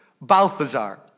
Balthazar